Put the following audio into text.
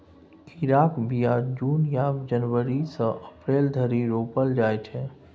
खीराक बीया जुन या जनबरी सँ अप्रैल धरि रोपल जाइ छै